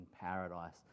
paradise